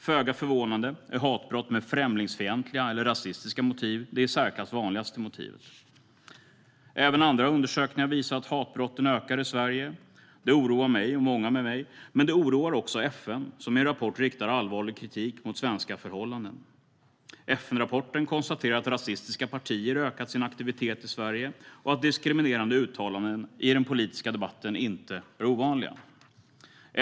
Föga förvånande är hatbrott med främlingsfientliga eller rasistiska motiv den i särklass vanligaste typen. Även andra undersökningar visar att hatbrotten ökar i Sverige. Det oroar mig och många med mig, men det oroar också FN, som i en rapport riktar allvarlig kritik mot svenska förhållanden. FN-rapporten konstaterar att rasistiska partier ökat sin aktivitet i Sverige och att diskriminerande uttalanden i den politiska debatten inte är ovanliga.